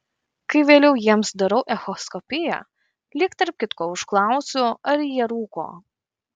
kai vėliau jiems darau echoskopiją lyg tarp kitko užklausiu ar jie rūko